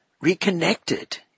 reconnected